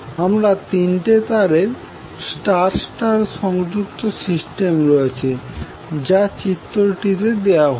আমাদের তিনটি তারের স্টার স্টার সংযুক্ত সিস্টেম রয়েছে যা চিত্রটিতে দেওয়া হয়েছে